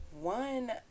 one